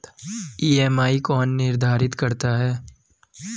EMI कौन निर्धारित करता है?